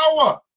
power